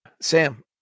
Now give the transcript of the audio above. sam